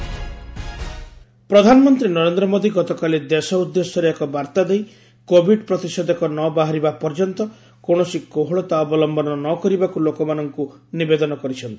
PM address ପ୍ରଧାନମନ୍ତ୍ରୀ ନରେନ୍ଦ୍ର ମୋଦୀ ଗତକାଲି ଦେଶ ଉଦ୍ଦେଶ୍ୟରେ ଏକ ବାର୍ତ୍ତା ଦେଇ କୋବିଡ୍ ପ୍ରତିଷେଧକ ନ ବାହାରିବା ପର୍ଯ୍ୟନ୍ତ କୌଣସି କୋହଳତା ଅବଲମ୍ପନ ନ କରିବାକୁ ଲୋକମାନଙ୍କୁ ନିବେଦନ କରିଛନ୍ତି